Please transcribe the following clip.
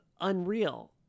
Unreal